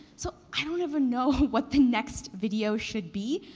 so i don't ever know what the next video should be.